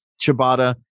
ciabatta